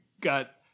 got